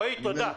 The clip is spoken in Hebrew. תודה.